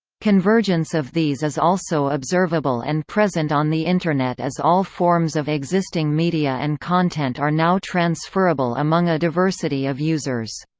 convergence of these is also observable and present on the internet as all forms of existing media and content are now transferrable among a diversity of users.